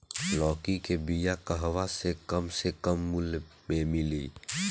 लौकी के बिया कहवा से कम से कम मूल्य मे मिली?